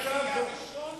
אני אהיה הראשון